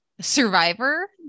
survivor